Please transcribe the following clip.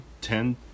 Ten